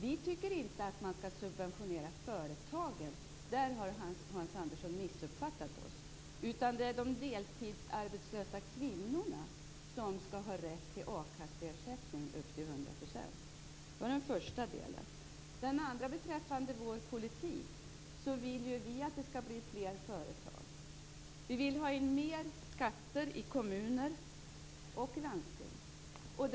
Vi tycker inte att man skall subventionera företagen. Där har Hans Andersson missuppfattat oss. Det är de deltidsarbetslösa kvinnorna som skall ha rätt till a-kasseersättning upp till 100 %. Det är den första frågan. Den andra frågan gällde vår politik. Vi vill att det skall bli fler företag. Vi vill ha in mer skatter i kommuner och landsting.